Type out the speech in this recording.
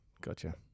Gotcha